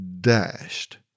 dashed